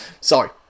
Sorry